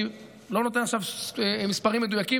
אני לא נותן עכשיו מספרים מדויקים,